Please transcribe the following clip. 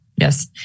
Yes